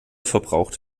verbraucht